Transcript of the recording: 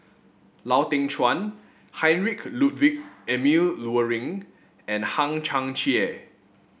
Lau Teng Chuan Heinrich Ludwig Emil Luering and Hang Chang Chieh